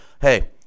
Hey